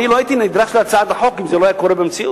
אני לא הייתי נדרש להצעת החוק אם זה לא היה קורה במציאות.